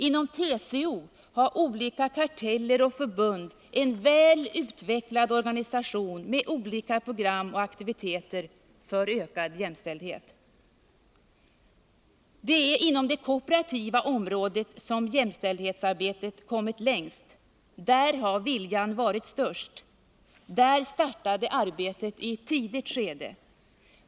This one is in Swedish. Inom TCO har olika karteller och förbund en väl utvecklad organisation med olika program och aktiviteter för ökad jämställdhet. Det är inom det kooperativa området som jämställdhetsarbetet kommit längst. Där har viljan varit störst. Där startade arbetet i ett tidigt skede.